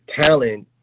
talent